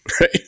Right